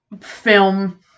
Film